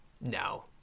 no